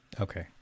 Okay